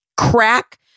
crack